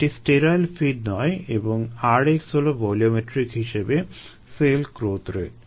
এটি sterile feed নয় এবং rx হলো ভলিওমেট্রিক হিসেবে সেল গ্রোথ রেট